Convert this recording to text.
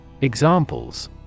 Examples